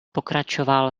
pokračoval